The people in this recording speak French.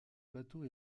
bateau